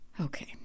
Okay